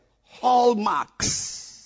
hallmarks